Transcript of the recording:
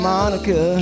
Monica